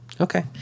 Okay